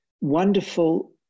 wonderful